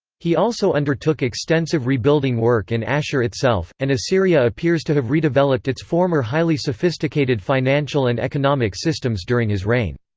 he also undertook extensive rebuilding work in and ashur itself, and assyria appears to have redeveloped its former highly sophisticated financial and economic systems during his reign.